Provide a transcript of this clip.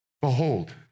Behold